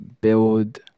build